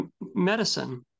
medicine